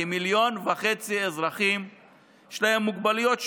לכ-1.5 מיליון אזרחים יש מוגבלויות שונות,